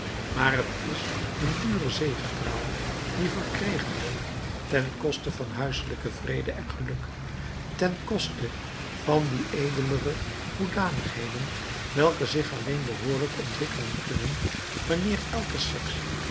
maar het is een dure zegepraal die verkregen wordt ten koste van huiselijken vrede en geluk ten koste van die edelere hoedanigheden welke zich alleen behoorlijk ontwikkelen kunnen wanneer elke sekse